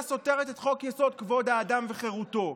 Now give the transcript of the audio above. סותרת את חוק-יסוד: כבוד האדם וחירותו.